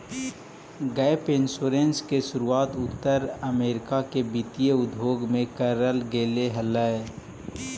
gap insurance के शुरुआत उत्तर अमेरिका के वित्तीय उद्योग में करल गेले हलाई